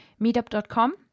Meetup.com